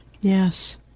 Yes